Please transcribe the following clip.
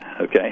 Okay